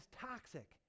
toxic